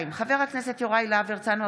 חבר הכנסת יוראי להב הרצנו,